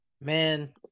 Man